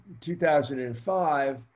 2005